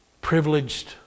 Privileged